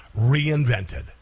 reinvented